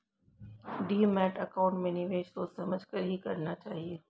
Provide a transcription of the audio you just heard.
demat account में निवेश सोच समझ कर ही करना चाहिए